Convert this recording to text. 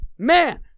Man